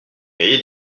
cahier